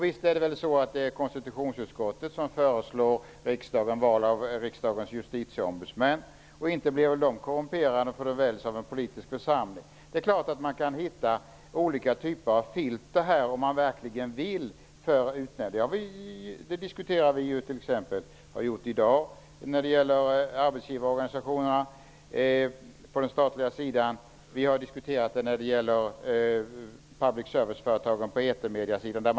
Visst är det väl så att det är konstitutionsutskottet som föreslår riksdagen val av riksdagens justitieombudsmän? Inte blir väl de korrumperade därför att de väljs av en politisk församling? Det är klart att man kan finna olika typer av filter om man verkligen vill det. Det har vi t.ex. diskuterat i dag vad gäller arbetsgivarorganisationerna på den statliga sidan. Vi har också diskuterat det när det gäller publicservice-företagen på etermedieområdet.